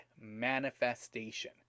manifestation